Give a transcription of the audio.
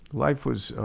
life was